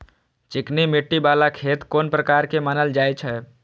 चिकनी मिट्टी बाला खेत कोन प्रकार के मानल जाय छै?